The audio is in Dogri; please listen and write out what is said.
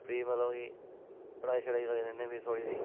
फ्ही मतलब कि पढ़ाई शड़ाई करी लैने फिरी थोह्ड़ी जेही